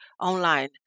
online